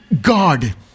god